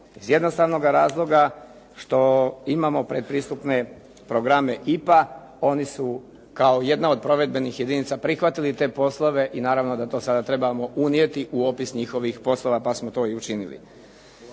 iz jednostavnoga razloga što imamo predpristupne programe IPA. Oni su kao jedna od provedbenih jedinica prihvatili te poslove i naravno da to sada trebamo unijeti u opis njihovih poslova, pa smo to i učinili.